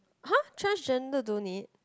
!huh! transgender don't need